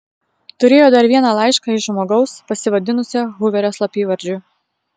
turėjo dar vieną laišką iš žmogaus pasivadinusio huverio slapyvardžiu